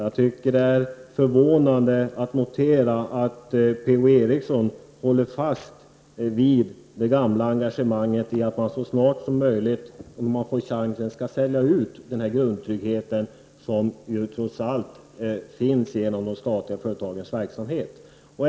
Jag tycker att det är förvånande att Per Ola Eriksson håller fast vid det gamla engagemanget, som innebär att man så snart som möjligt, när man får chansen, skall sälja ut den här grundtryggheten som ju trots allt finns genom de statliga företagens verksamhet.